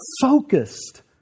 focused